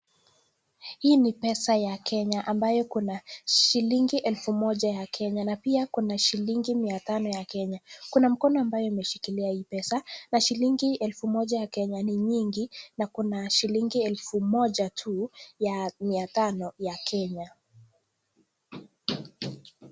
Hii ni pesa ambayo kuna shilingi elfu moja ya kenya na pia kuna shilingi mia tano ya kenya na pia kuna mkono ambayo imeshikilia hii pesa na shilingi elfu moja ya kenya ni nyingi na kuna shilingi elfu moja tu ya mia tano ya kenya.